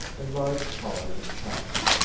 and large collars and cuffs.